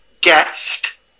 guest